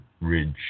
Ridge